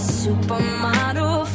supermodel